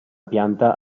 pianta